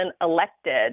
elected